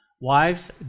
Wives